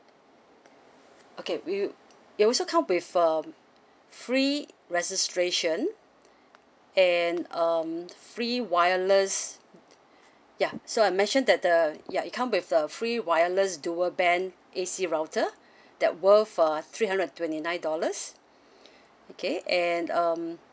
okay we it also comes with um free registration and um free wireless ya so I mentioned that the ya it come with the free wireless dual band A_C router that worth a three hundred twenty nine dollars okay and um